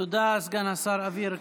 תודה, סגן השר אביר קארה.